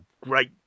great